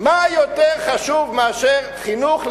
מה יותר חשוב מחינוך לתעבורה,